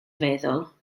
feddwl